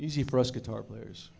easy for us guitar players